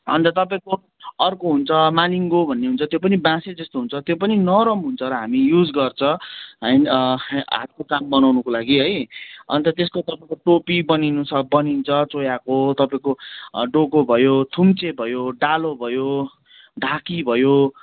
अनि त तपाईँको अर्को हुन्छ मालिङ्गो भन्ने हुन्छ त्यो पनि बाँसै जस्तो हुन्छ त्यो पनि नरम हुन्छ र हामी युज गर्छ है हातको काम बनाउनुको लागि है अनि त त्यसको तपाईँको टोपी बनिनु छ बनिन्छ चोयाको तपाईँको डोको भयो थुम्चे भयो डालो भयो ढाकी भयो